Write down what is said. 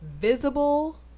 visible